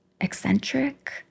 eccentric